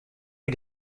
est